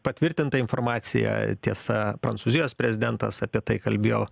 patvirtinta informacija tiesa prancūzijos prezidentas apie tai kalbėjo